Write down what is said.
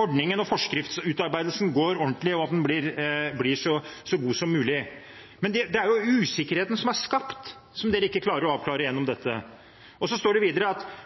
ordningen og den forskriftsutarbeidelsen går ordentlig for seg og blir så god som mulig. Men usikkerheten som er blitt skapt, klarer de ikke å avklare gjennom dette. Videre står det at